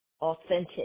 authentic